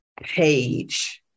page